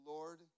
Lord